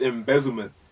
Embezzlement